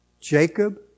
Jacob